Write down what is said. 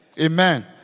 Amen